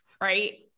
right